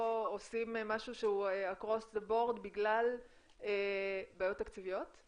עושים משהו שהוא אקרוס דה בורד בגלל בעיות תקציביות?